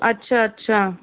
अच्छा अच्छा